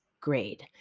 grade